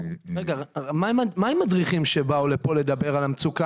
מה עם מדריכים שבאו לפה לדבר על המצוקה